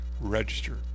Register